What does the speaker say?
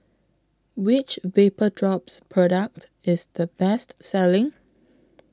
Which Vapodrops Product IS The Best Selling